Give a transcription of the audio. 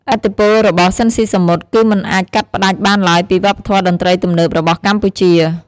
ឥទ្ធិពលរបស់ ស៊ីន ស៊ីសាមុត គឺមិនអាចកាត់ផ្ដាច់បានឡើយពីវប្បធម៌តន្ត្រីទំនើបរបស់កម្ពុជា ។